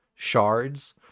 shards